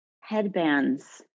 headbands